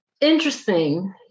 Interesting